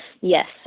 Yes